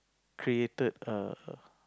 created a